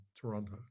Toronto